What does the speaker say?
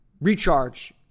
recharge